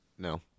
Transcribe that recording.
No